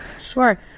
Sure